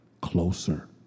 closer